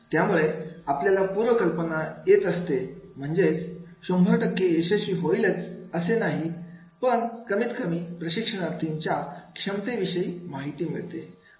यामुळे आपल्याला पूर्व कल्पना येत असते म्हणजे 100 यशस्वी होईलच असं नाहीये पण कमीत कमी प्रशिक्षणार्थींच्या क्षमतेविषयी माहिती मिळते